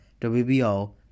WBO